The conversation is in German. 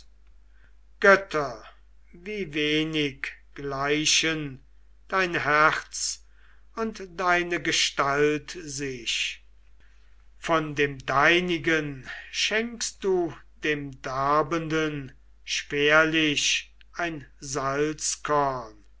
götter wie wenig gleichen dein herz und deine gestalt sich von dem deinigen schenkst du dem darbenden schwerlich ein